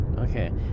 Okay